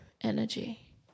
energy